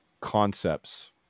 concepts